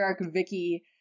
Vicky